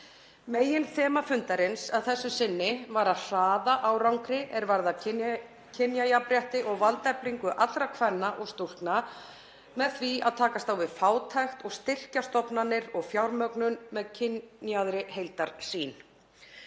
Meginþema fundarins að þessu sinni var að hraða árangri er varðar kynjajafnrétti og valdeflingu allra kvenna og stúlkna með því að takast á við fátækt og styrkja stofnanir og fjármögnun með kynjaðri heildarsýn.